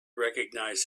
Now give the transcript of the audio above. recognize